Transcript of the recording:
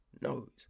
knows